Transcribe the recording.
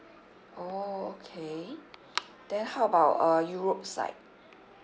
oh okay then how about uh europe side